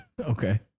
okay